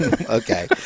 Okay